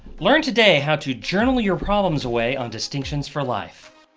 learn today how to journal your problems away on distinctions for life.